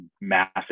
massive